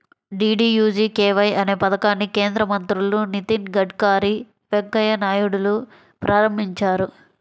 DDUGKY అనే పథకాన్ని కేంద్ర మంత్రులు నితిన్ గడ్కరీ, వెంకయ్య నాయుడులు ప్రారంభించారు